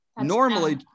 normally